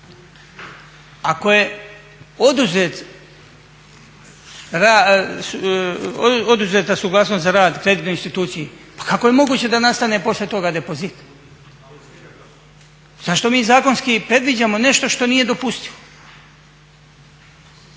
Ako je oduzeta suglasnost za rad kreditnoj instituciji pa kako je moguće da nastane poslije toga depozit? Zašto mi zakonski predviđamo nešto što nije dopustivo?